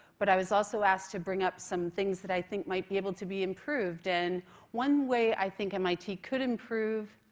but i was also asked to bring up some things that i think might be able to be improved. and one way i think mit could improve